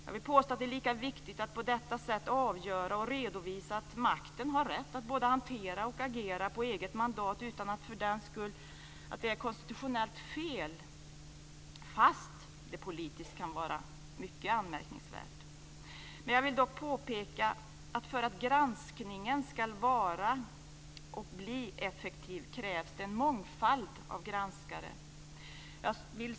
Jag vill påstå att det är lika viktigt att på detta sätt avgöra och redovisa att makten har rätt att både hantera och agera på eget mandat, utan att det för den skull är konstitutionellt fel - trots att det politiskt kan vara mycket anmärkningsvärt. Jag vill dock påpeka att för att granskningen ska vara och bli effektiv krävs en mångfald av granskare.